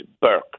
Burke